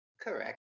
Correct